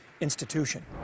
institution